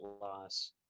loss